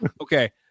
Okay